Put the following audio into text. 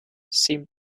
seemed